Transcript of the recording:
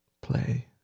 play